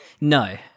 No